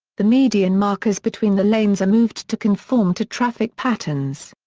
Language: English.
the median markers between the lanes are moved to conform to traffic patterns.